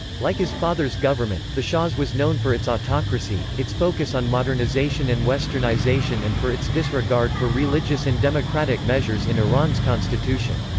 like his father's government, the shah's was known for its autocracy, its focus on modernization and westernization and for its disregard for religious and democratic measures in iran's constitution.